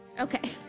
Okay